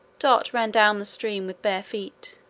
dot ran down the stream with bare feet,